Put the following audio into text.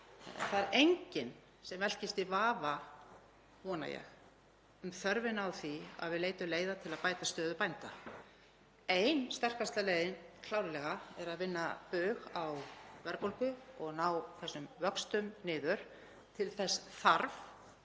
Það er enginn sem velkist í vafa, vona ég, um þörfina á því að við leitum leiða til að bæta stöðu bænda. Ein sterkasta leiðin er klárlega að vinna bug á verðbólgu og ná þessum vöxtum niður. Til þess þarf